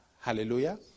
Hallelujah